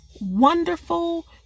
wonderful